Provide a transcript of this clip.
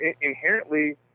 inherently